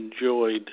enjoyed